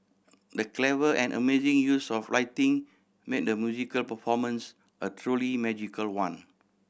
the clever and amazing use of righting made the musical performance a truly magical one